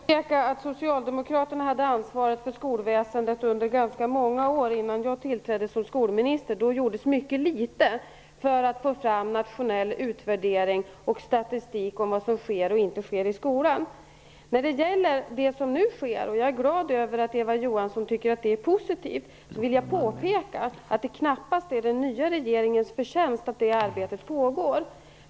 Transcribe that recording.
Herr talman! Jag vill påpeka att Socialdemokraterna hade ansvaret för skolväsendet under ganska många år innan jag tillträdde som skolminister. Då gjordes mycket litet för att få fram en nationell utvärdering och statistik över vad som sker och inte sker i skolan. Jag är glad över att Eva Johansson tycker att det som nu sker är positivt. Jag vill dock påpeka att det knappast är den nya regeringens förtjänst att detta arbete pågår.